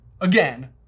again